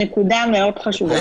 נקודה מאד חשובה.